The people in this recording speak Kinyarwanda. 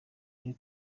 ari